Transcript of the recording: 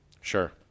Sure